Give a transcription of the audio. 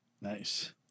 Nice